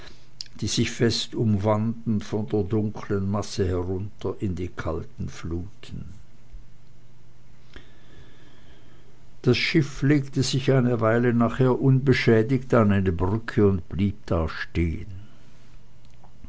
die sich fest umwanden von der dunklen masse herunter in die kalten fluten das schiff legte sich eine weile nachher unbeschädigt an eine brücke und blieb da stehen